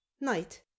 night